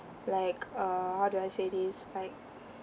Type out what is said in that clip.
like err how do I say this like